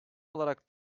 olarak